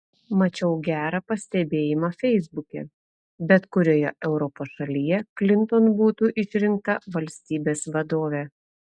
mačiau gerą pastebėjimą feisbuke bet kurioje europos šalyje klinton būtų išrinkta valstybės vadove